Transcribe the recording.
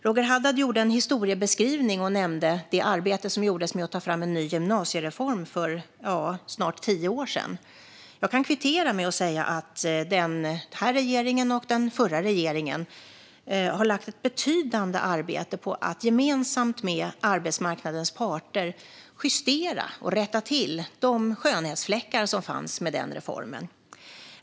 Roger Haddad gjorde en historiebeskrivning och nämnde det arbete som gjordes med att ta fram en ny gymnasiereform för snart tio år sedan. Jag kan kvittera med att säga att denna regering och den förra regeringen har lagt ned ett betydande arbete på att gemensamt med arbetsmarknadens parter justera och rätta till de skönhetsfläckar som fanns med den reformen.